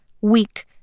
weak